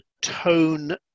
tone